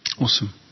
Awesome